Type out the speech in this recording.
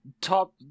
top